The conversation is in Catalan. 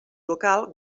local